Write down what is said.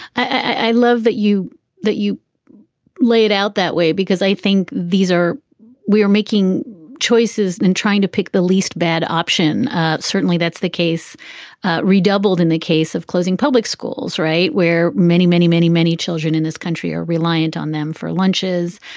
i love that you that you laid out that way, because i think these are we are making choices and trying to pick the least bad option certainly that's the case redoubled in the case of closing public schools. right. where many, many, many, many children in this country are reliant on them for lunches.